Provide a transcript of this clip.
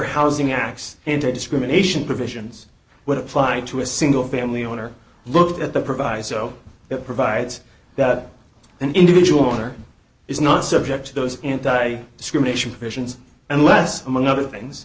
housing acts into discrimination provisions would apply to a single family owner look at the proviso it provides that an individual owner is not subject to those anti discrimination provisions and less among other things